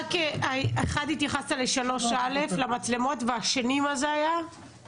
התייחסת למצלמות א'3, ומה היה הדבר השני?